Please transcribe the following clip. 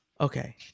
Okay